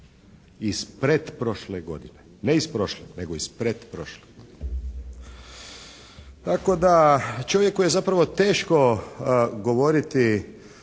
Iz pretprošle godine, ne iz prošle nego iz pretprošle godine tako da čovjeku je zapravo teško govoriti